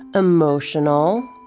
emotional.